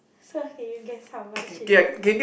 so okay you guess how much it is